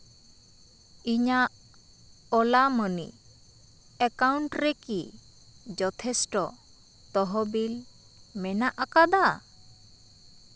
ᱤᱧᱟᱹᱜ Ola money account ᱨᱮᱠᱤ ᱡᱚᱛᱷᱮᱥᱴᱚ ᱛᱚᱦᱚᱵᱤᱞ ᱢᱮᱱᱟᱜ ᱟᱠᱟᱫᱟ